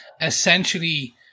essentially